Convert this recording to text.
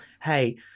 hey